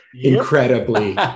incredibly